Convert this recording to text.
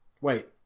Wait